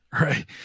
Right